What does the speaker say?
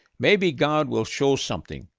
maybe god will show something,